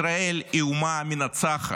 ישראל היא אומה מנצחת,